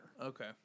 Okay